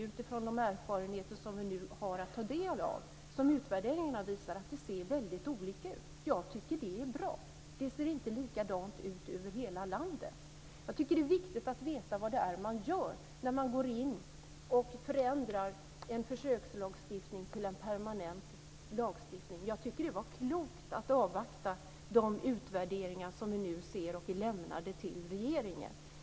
Utifrån de erfarenheter som vi nu har att ta del av, som utvärderingarna visar, ser det väldigt olika ut. Jag tycker att det är bra. Det ser inte lika ut över hela landet. Det är viktigt att veta vad man gör när man går in och förändrar en försökslagstiftning till en permanent lagstiftning. Jag tycker att det var klokt att avvakta de utvärderingar som vi nu ser och som är lämnade till regeringen.